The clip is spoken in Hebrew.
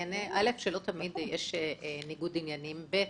אל"ף, לא תמיד יש ניגוד עניינים, ובי"ת,